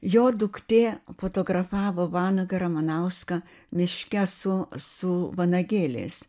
jo duktė fotografavo vanagą ramanauską miške su su vanagėliais